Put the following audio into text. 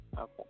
Okay